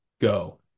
go